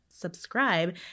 subscribe